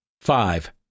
Five